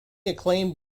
acclaimed